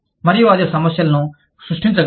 మరియు అది సమస్యలను సృష్టించగలదు